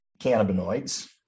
cannabinoids